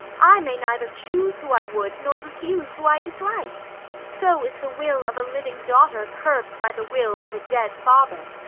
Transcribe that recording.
i may neither choose who i would nor refuse who i dislike so is the will of a living daughter curb'd by the will of a dead father.